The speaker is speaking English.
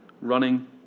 running